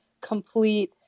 complete